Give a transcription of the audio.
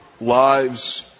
lives